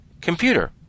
Computer